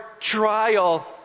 trial